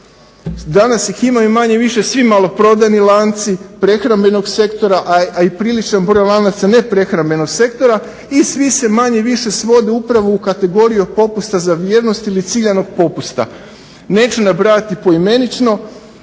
Danas ih imaju manje-više svi maloprodajni lanci prehrambenog sektora, a i priličan broj lanaca neprehrambenog sektora i svi se manje-više svode upravo u kategoriju popusta za vjernost ili ciljanog popusta. Neću nabrajati po imenično